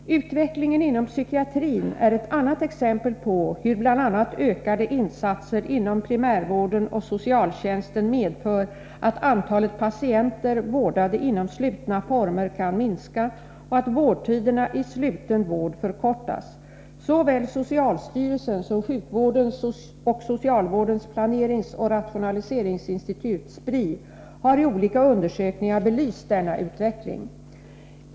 Utvecklingen inom psykiatrin är ett annat exempel på hur bl.a. ökade insatser inom primärvården och socialtjänsten medför att antalet patienter vårdade inom slutna vårdformer kan minska och att vårdtiderna i sluten vård förkortas. Såväl socialstyrelsen som sjukvårdens och socialvårdens planeringsoch rationaliseringsinstitut har i olika undersökningar belyst denna utveckling.